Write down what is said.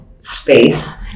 space